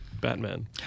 Batman